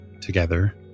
together